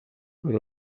per